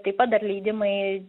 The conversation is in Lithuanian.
taip pat dar leidimai